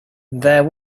there